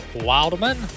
Wildman